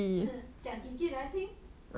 ha 讲几句来听